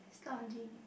studying